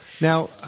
Now